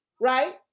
right